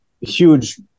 huge